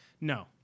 No